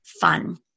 fun